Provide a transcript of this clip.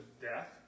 death